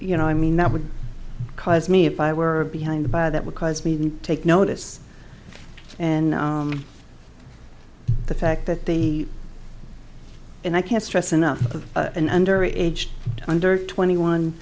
you know i mean that would cause me if i were behind by that would cause me to take notice and the fact that the and i can't stress enough of an under aged under twenty one